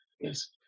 Yes